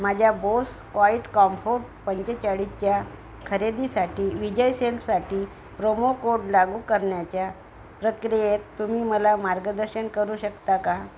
माझ्या Bose quiet comfort पंचचाळीसच्या खरेदीसाठी विजय सेल्साठी प्रोमो कोड लागू करन्याच्या प्रक्रियाेत तुम्ही मला मार्गदर्शन करू शकता का